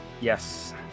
Yes